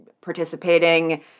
participating